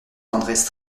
tendresse